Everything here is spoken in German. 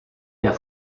der